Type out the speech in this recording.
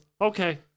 okay